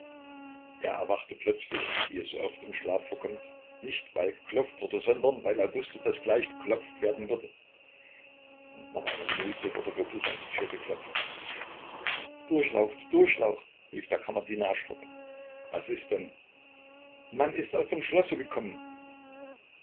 er erwachte plötzlich wie es so oft im schlaf vorkommt nicht weil geklopft wurde sondern weil er wußte daß gleich geklopft werden würde und nach einer minute wurde wirklich an die tür geklopft durchlaucht durchlaucht rief der kammerdiener erschrocken was ist denn man ist aus dem schlosse gekommen